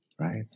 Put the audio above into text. right